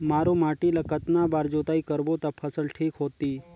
मारू माटी ला कतना बार जुताई करबो ता फसल ठीक होती?